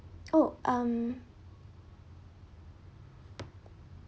oh um